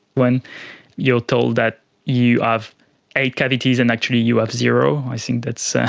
when you're told that you ah have eight cavities and actually you have zero, i think that's